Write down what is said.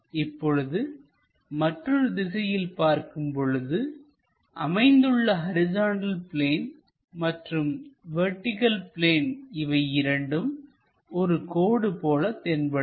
இப்பொழுது மற்றொரு திசையில் பார்க்கும் பொழுது அமைந்துள்ள ஹரிசாண்டல் பிளேன் மற்றும் வெர்டிகள் பிளேன் இவை இரண்டும் ஒரு கோடு போல தென்படும்